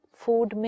food